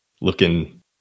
looking